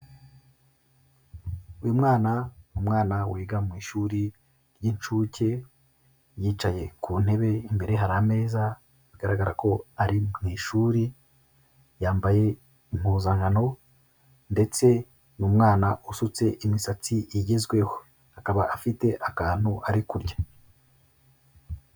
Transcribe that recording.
Uyu mwana ni umwana wiga mu ishuri ry'incuke, yicaye ku ntebe imbere ye hari ameza bigaragara ko ari mu ishuri, yambaye impuzankano ndetse n'umwana usutse imisatsi igezweho. Akaba afite akantu ari kurya.